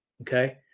Okay